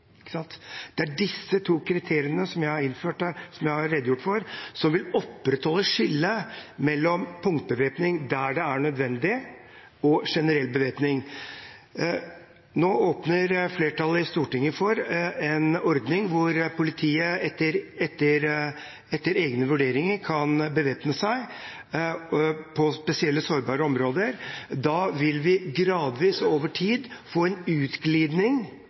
Det er disse to kriteriene jeg har redegjort for, som vil opprettholde skillet mellom punktbevæpning der det er nødvendig, og generell bevæpning. Nå åpner flertallet i Stortinget for en ordning hvor politiet etter egne vurderinger kan bevæpne seg på spesielt sårbare områder. Da vil vi gradvis over tid få en utglidning